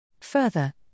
Further